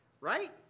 Right